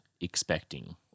expecting